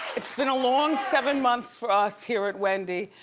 it's been a long seven months for us here at wendy,